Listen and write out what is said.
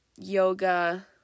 Yoga